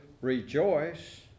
rejoice